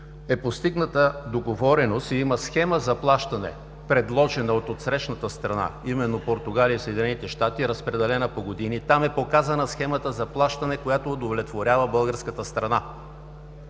е постигната договореност и има схема за плащане, предложена от отсрещната страна – Португалия и Съединените щати, разпределена по години. Там е показана схемата за плащане, която удовлетворява българската страна.